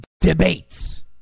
debates